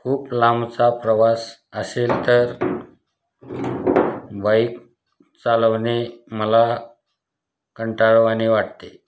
खूप लांबचा प्रवास असेल तर बाईक चालवणे मला कंटाळवाणे वाटते